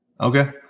Okay